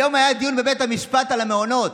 היום היה דיון בבית המשפט על המעונות.